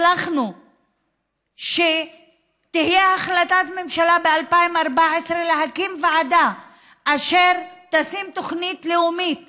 הצלחנו שתהיה החלטת ממשלה ב-2014 להקים ועדה אשר תעשה תוכנית לאומית